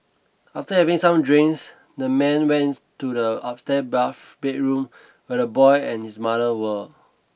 after having some drinks the man went to the upstair bath bedroom where the boy and his mother were